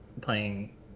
playing